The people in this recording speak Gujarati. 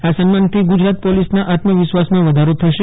આ સમ્માનથી ગુજરાત પોલીસના આત્મવિશ્વાસમાં વધારી થશે